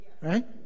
Right